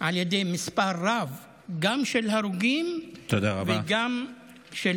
על ידי מספר רב גם של הרוגים וגם של